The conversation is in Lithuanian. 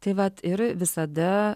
tai vat ir visada